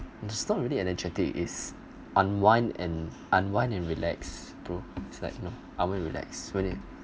it's not really energetic is unwind and unwind and relax bro it's like you know unwind relax with it